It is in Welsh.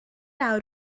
awr